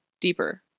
deeper